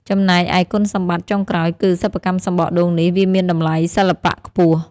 ចំណែកឯគុណសម្បត្តិចុងក្រោយគឺ សិប្បកម្មសំបកដូងនេះ វាមានតម្លៃសិល្បៈខ្ពស់។